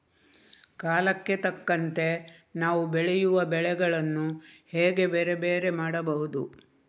ಕಾಲಕ್ಕೆ ತಕ್ಕಂತೆ ನಾವು ಬೆಳೆಯುವ ಬೆಳೆಗಳನ್ನು ಹೇಗೆ ಬೇರೆ ಬೇರೆ ಮಾಡಬಹುದು?